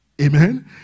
Amen